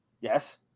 Yes